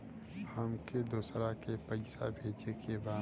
हमके दोसरा के पैसा भेजे के बा?